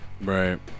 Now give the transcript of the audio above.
Right